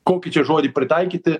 kokį čią žodį pritaikyti